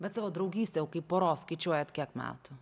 bet savo draugystę jau kaip poros skaičiuojat kiek metų